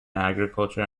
agriculture